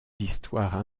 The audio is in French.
histoires